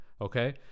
okay